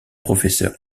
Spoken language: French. professeur